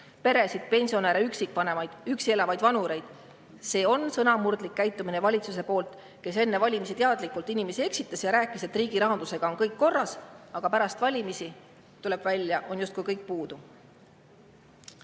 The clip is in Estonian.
peresid, pensionäre, üksikvanemaid ja üksi elavaid vanureid. See on sõnamurdlik käitumine valitsuselt, kes enne valimisi teadlikult inimesi eksitas ja rääkis, et riigi rahandusega on kõik korras. Aga pärast valimisi tuleb välja, et kõik on